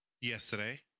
yesterday